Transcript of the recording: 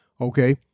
okay